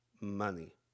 money